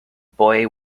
boy